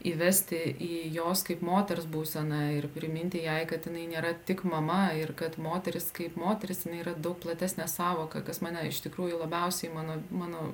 įvesti į jos kaip moters būseną ir priminti jai kad jinai nėra tik mama ir kad moteris kaip moteris jinai yra daug platesnė sąvoka kas mane iš tikrųjų labiausiai mano mano